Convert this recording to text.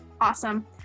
Awesome